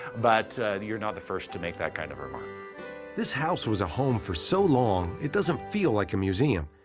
but you're not the first to make that kind of remark. this house was a home for so long it doesn't doesn't feel like a museum.